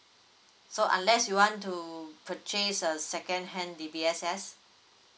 so unless you want to purchase a second hand D_B_S_S